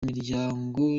miryango